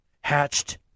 hatched